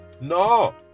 No